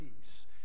peace